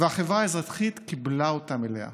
והחברה האזרחית קיבלה אותם אליה,